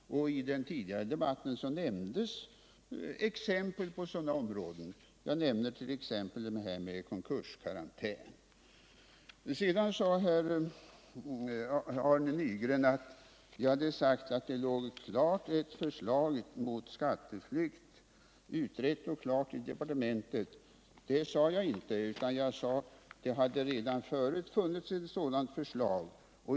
I den tidigare debatten nämndes som exempel på sådana områden den s.k. konkurskarantänen. Sedan påstod Arne Nygren att jag sagt att ett förslag om lagstiftning mot skatteflykt låg utrett och klart i departementet. Det sade jag inte, utan jag sade att det redan förut hade funnits ett sådant förslag.